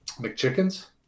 McChicken's